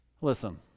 Listen